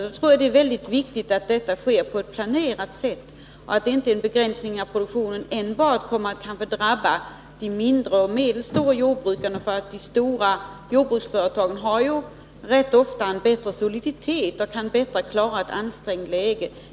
Då är det väldigt viktigt att det sker på ett planerat sätt och att begränsningarna i produktionen inte bara drabbar de mindre och medelstora jordbrukarna. De större jordbruksföretagen har rätt ofta en bättre soliditet och kan bättre klara ett ansträngt läge.